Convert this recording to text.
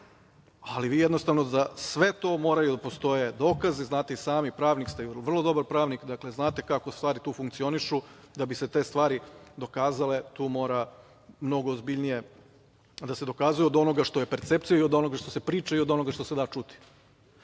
ali vi jednostavno za sve to moraju da postoje dokazi znate i sami. Pravnik ste, vrlo dobar pravnik, dakle, znate kako stvari tu funkcionišu. Da bi se te stvari dokazale tu mora mnogo ozbiljnije da se dokazuje od onoga što je percepcija i od onoga što se priča i od onoga što se da čuti. Tako